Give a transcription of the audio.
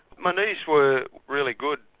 my knees were really good,